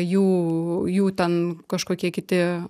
jų jų ten kažkokie kiti